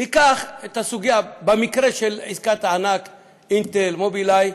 ניקח את המקרה של עסקת הענק "אינטל" ו"מובילאיי".